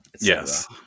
Yes